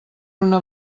una